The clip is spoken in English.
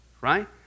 Right